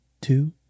two